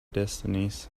destinies